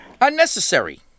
Unnecessary